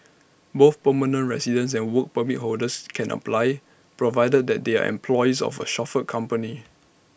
both permanent residents and Work Permit holders can apply provided that they are employees of A chauffeur company